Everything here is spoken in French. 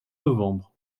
novembre